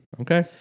Okay